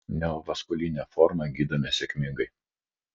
neovaskulinę formą gydome sėkmingai